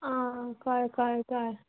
आ कळें कळें कळें